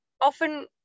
often